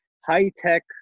high-tech